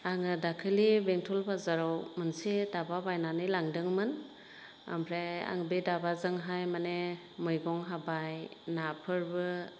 आङो दाखालि बेंथल बाजाराव मोनसे दाबा बायनानै लांदोंमोन ओमफ्राय आं बे दाबाजोंहाय माने मैगं हाबाय नाफोरबो